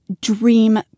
dream